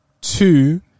two